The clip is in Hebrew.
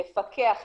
לפקח,